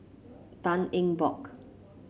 Tan Eng Bock